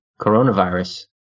coronavirus